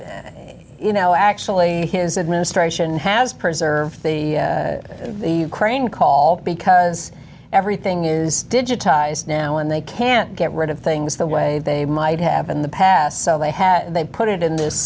and you know actually his administration has preserved the crane call because everything is digitized now and they can't get rid of things the way they might have in the past so they had they put it in this